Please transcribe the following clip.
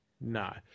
no